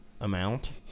amount